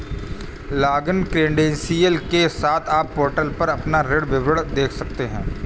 login credential के साथ, आप पोर्टल पर अपना ऋण विवरण देख सकते हैं